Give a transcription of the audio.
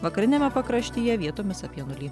vakariniame pakraštyje vietomis apie nulį